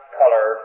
color